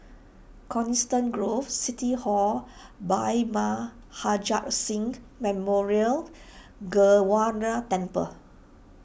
Coniston Grove City Hall Bhai Maharaj Singh Memorial Gurdwana Temple